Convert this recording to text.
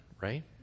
right